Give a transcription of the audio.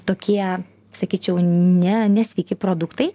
tokie sakyčiau ne nesveiki produktai